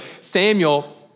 Samuel